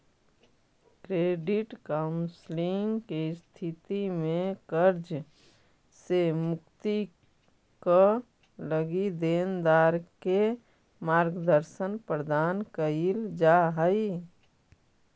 credit counselling के स्थिति में कर्ज से मुक्ति क लगी देनदार के मार्गदर्शन प्रदान कईल जा हई